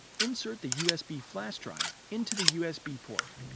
insert the usb flash drive into the usb port.